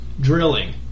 drilling